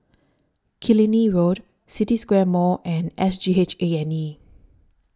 Killiney Road City Square Mall and S G H A and E